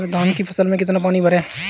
धान की फसल में कितना पानी भरें?